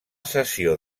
cessió